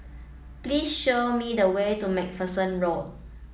please show me the way to MacPherson Road